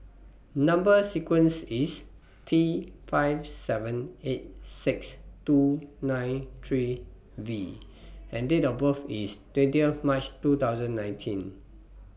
Number sequence IS T five seven eight six two nine three V and Date of birth IS twentieth March two thousand nineteen